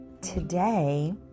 today